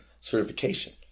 certification